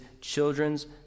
children's